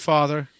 Father